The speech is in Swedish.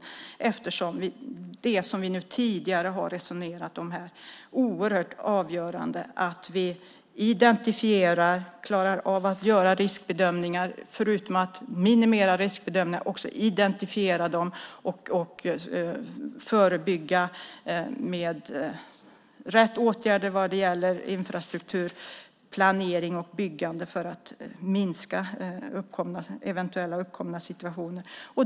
Det är oerhört avgörande, som vi tidigare har resonerat om här, att vi identifierar och klarar av att göra riskbedömningar och förebygga med rätt åtgärder vad gäller infrastrukturplanering och byggande.